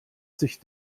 sich